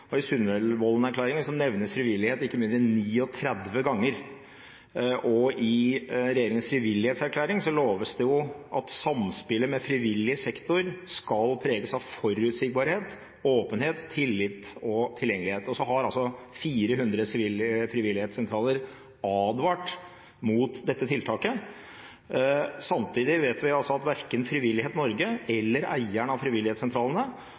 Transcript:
og i Sundvolden-erklæringen nevnes frivillighet ikke mindre enn 39 ganger. Og i regjeringens frivillighetserklæring loves det jo at «samspillet med frivillig sektor skal preges av forutsigbarhet, åpenhet, tillit og tilgjengelighet». Så har altså 400 frivillighetssentraler advart mot dette tiltaket. Samtidig vet vi at verken Frivillighet Norge eller eierne av frivillighetssentralene